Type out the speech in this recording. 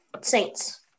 Saints